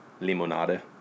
limonade